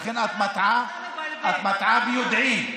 לכן את מטעה ביודעין.